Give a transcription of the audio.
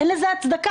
אין לזה הצדקה.